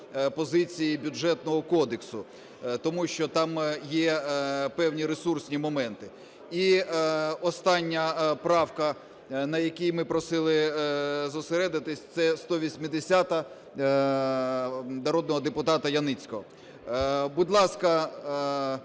позиції Бюджетного кодексу тому що там є певні ресурсні моменти. І остання правка, на якій ми просили зосередитись, – це 180-а народного депутата Яніцького. Будь ласка,